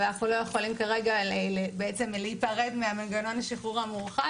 אבל אנחנו לא יכולים כרגע להיפרד ממנגנון השחרור המורחב,